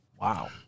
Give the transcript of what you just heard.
Wow